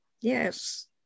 yes